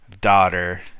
daughter